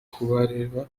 kubareba